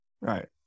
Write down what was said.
Right